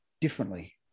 differently